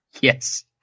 Yes